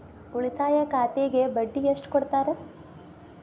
ಉಳಿತಾಯ ಖಾತೆಗೆ ಬಡ್ಡಿ ಎಷ್ಟು ಕೊಡ್ತಾರ?